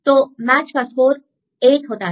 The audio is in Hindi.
तो मैच का स्कोर 8 होता है